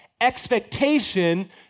expectation